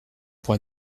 pour